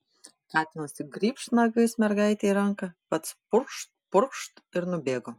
katinas tik grybšt nagais mergaitei į ranką pats purkšt purkšt ir nubėgo